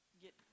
get